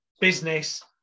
business